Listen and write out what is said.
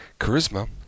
charisma